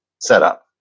setup